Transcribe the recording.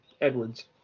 Edwards